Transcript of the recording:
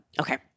Okay